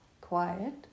quiet